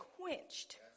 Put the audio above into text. quenched